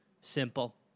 Simple